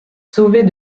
sauvée